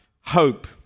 hope